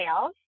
sales